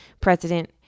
President